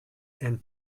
and